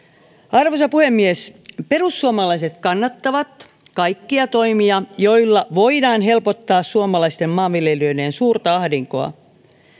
arvoisa puhemies perussuomalaiset kannattavat kaikkia toimia joilla voidaan helpottaa suomalaisten maanviljelijöiden suurta ahdinkoa